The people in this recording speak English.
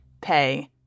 pay